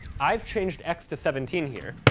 i've changed x to seventeen here.